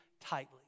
tightly